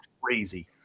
crazy